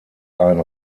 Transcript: ein